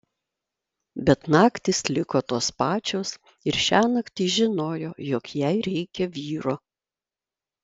bet naktys liko tos pačios ir šiąnakt ji žinojo jog jai reikia vyro